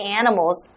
animals